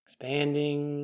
Expanding